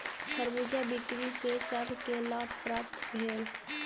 खरबूजा बिक्री सॅ सभ के लाभ प्राप्त भेल